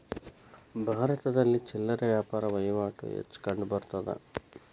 ಭಾರತದಲ್ಲಿ ಚಿಲ್ಲರೆ ವ್ಯಾಪಾರ ವಹಿವಾಟು ಹೆಚ್ಚು ಕಂಡುಬರುತ್ತದೆ